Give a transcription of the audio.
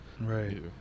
Right